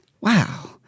Wow